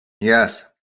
yes